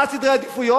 מה סדר העדיפויות?